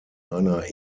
einer